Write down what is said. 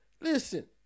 listen